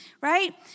right